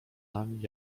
nami